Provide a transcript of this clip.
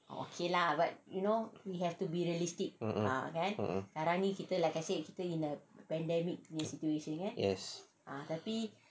mmhmm mmhmm yes